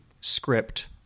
script